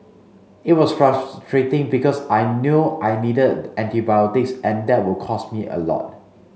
it was frustrating because I knew I needed antibiotics and that would cost me a lot